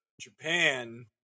Japan